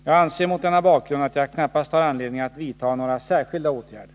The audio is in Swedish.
Jag anser mot denna bakgrund att jag knappast har anledning att vidta några särskilda åtgärder.